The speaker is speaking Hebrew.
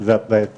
היא תנאי הסף,